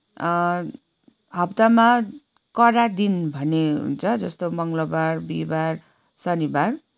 हप्तामा कडा दिन भन्नेहुन्छ जस्तो मङ्गलवार बिहीबार शनिवार